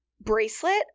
Bracelet